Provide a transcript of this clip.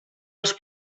als